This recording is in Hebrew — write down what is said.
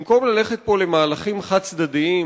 במקום ללכת פה למהלכים חד-צדדיים,